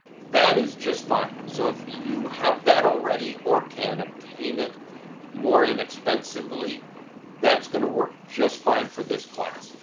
that is just fine. so if you have that already or can obtain it more inexpensively that's going to work just fine for this class.